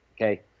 Okay